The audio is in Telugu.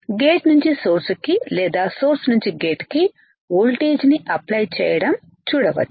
గేట్ నుంచి సోర్స్ కి లేదా సోర్స్ నుంచి గేట్ కి ఓల్టేజి ని అప్లై చేయడం చూడవచ్చు